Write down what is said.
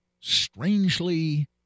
strangely